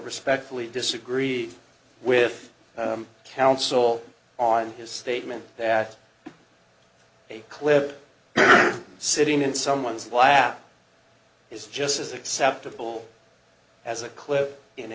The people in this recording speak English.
respectfully disagree with counsel on his statement that a clip sitting in someone's lap it's just as acceptable as a clip in